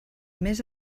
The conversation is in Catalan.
més